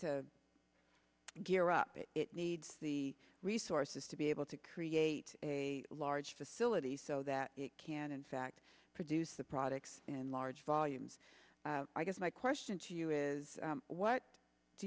to gear up it needs the resources to be able to create a large facility so that it can in fact produce the products in large volumes i guess my question to you is what do